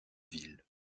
ville